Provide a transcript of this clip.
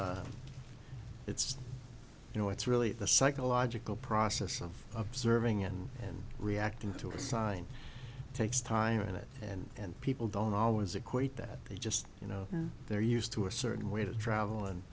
w it's you know it's really the psychological process of observing it and reacting to assign takes time in it and and people don't always equate that they just you know they're used to a certain way to travel and